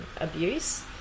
abuse